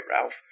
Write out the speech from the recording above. Ralph